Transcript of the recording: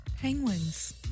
Penguins